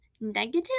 negative